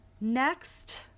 Next